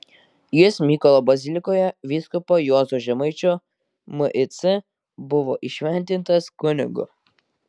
jis mykolo bazilikoje vyskupo juozo žemaičio mic buvo įšventintas kunigu